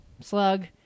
slug